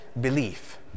belief